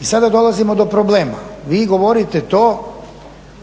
I sada dolazimo do problema. Vi govorite to